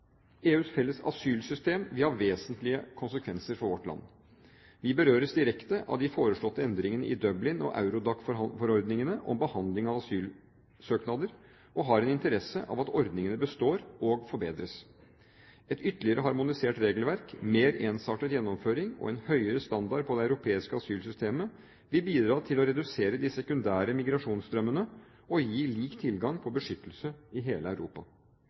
EUs felles asylsystem vil ha vesentlige konsekvenser for vårt land. Vi berøres direkte av de foreslåtte endringene i Dublin- og Eurodac-forordningene om behandling av asylsøknader og har en interesse av at ordningene består og forbedres. Et ytterligere harmonisert regelverk, mer ensartet gjennomføring og en høyere standard på det europeiske asylsystemet vil bidra til å redusere de sekundære migrasjonsstrømmene og gi lik tilgang på beskyttelse i hele Europa.